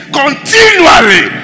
continually